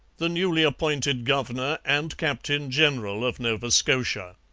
the newly appointed governor and captain-general of nova scotia.